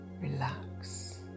relax